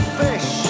fish